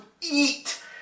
eat